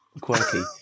quirky